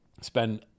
spend